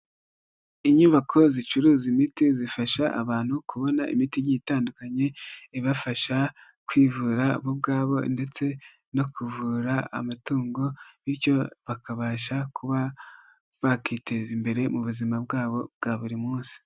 Inyubako zicuruza imiti zifasha abantu kubona imiti igiye itandukanye, ibafasha kwivura bo ubwabo ndetse no kuvura amatungo, bityo bakabasha kuba bakiteza imbere mu buzima bwabo bwa buri munsi.